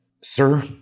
sir